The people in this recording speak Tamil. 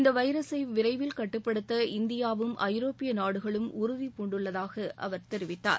இந்த வைரஸை விரைவில் கட்டுப்படுத்த இந்தியாவும் ஐரோப்பிய நாடுகளும் உறுதிபூண்டுள்ளதாக அவர் தெரிவித்தார்